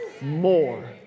more